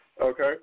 Okay